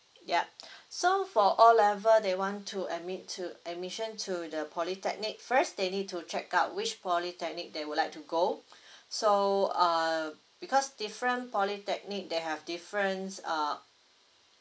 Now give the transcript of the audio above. yup so for O level they want to admit to admission to the polytechnic first they need to check out which polytechnic they would like to go so uh because different polytechnic they have different uh